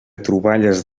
troballes